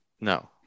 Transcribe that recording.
No